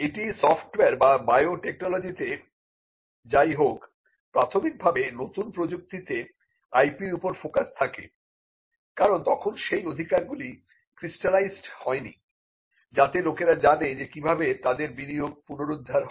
এটি সফটওয়্যার বা বায়োটেকনোলজি যাই হোক প্রাথমিকভাবে নতুন প্রযুক্তিতে IP র উপর ফোকাস থাকে কারণ তখন সেই অধিকারগুলি ক্রিস্টালাইজড হয় নি যাতে লোকেরা জানে যে কিভাবে তাদের বিনিয়োগ পুনরুদ্ধার হয়